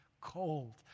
cold